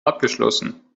abgeschlossen